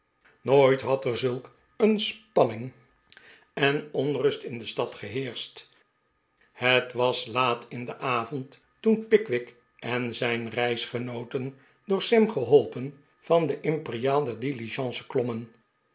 nooit had er zulk een spanning en onrust in de stad geheerscht het was laat in den avond toen pickwick en zijn reisgenooten door sam geholpen van de imperiaal der diligence klommen